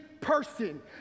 person